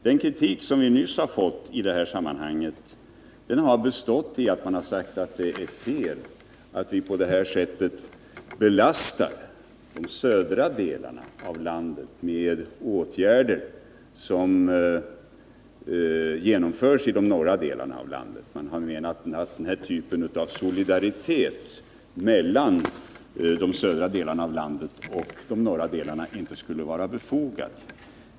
Den kritik som vi nyss har fått i det här sammanhanget har bestått i att man har sagt att det är fel att vi på det sättet belastar de södra delarna av landet med kostnader för åtgärder som genomförs i de norra delarna. Man har menat att den typen av solidaritet mellan de södra delarna av landet och de norra delarna inte skulle vara befogad.